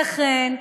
לכן,